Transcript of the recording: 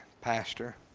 Pastor